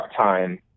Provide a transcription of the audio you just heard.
time